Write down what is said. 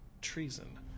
treason